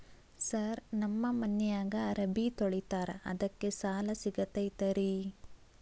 Sir ನಮ್ಮ ಮನ್ಯಾಗ ಅರಬಿ ತೊಳಿತಾರ ಅದಕ್ಕೆ ಸಾಲ ಸಿಗತೈತ ರಿ?